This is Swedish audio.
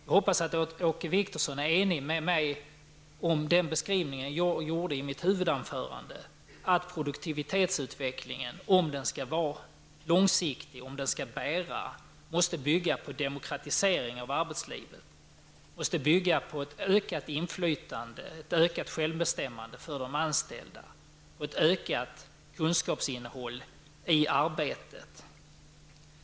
Jag hoppas att Åke Wictorsson kan instämma i den beskrivning jag gjorde i mitt huvudanförande, dvs. att produktivitetsutvecklingen, om den skall vara långsiktig och om den skall bära, måste bygga på en demokratisering av arbetslivet och måste bygga på ett ökat inflytande, ett ökat självbestämmande för de anställda och ett ökat kunskapsinnehåll i arbetet.